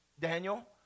Daniel